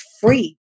free